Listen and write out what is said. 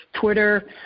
twitter